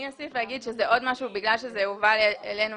עוד משהו בגלל שזה הועבר אלינו